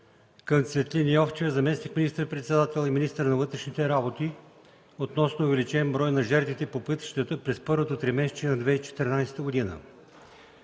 към Цветлин Йовчев – заместник министър-председател и министър на вътрешните работи, относно увеличен брой на жертвите по пътищата през първото тримесечие на 2014 г.,